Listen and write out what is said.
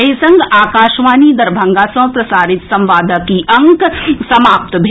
एहि संग आकाशवाणी दरभंगा सँ प्रसारित संवादक ई अंक समाप्त भेल